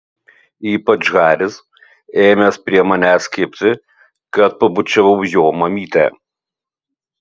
ypač haris ėmęs prie manęs kibti kad pabučiavau jo mamytę